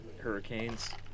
hurricanes